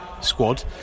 squad